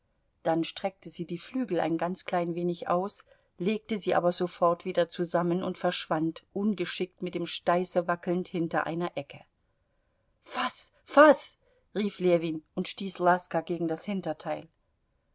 dann streckte sie die flügel ein ganz klein wenig aus legte sie aber sofort wieder zusammen und verschwand ungeschickt mit dem steiße wackelnd hinter einer ecke faß faß rief ljewin und stieß laska gegen das hinterteil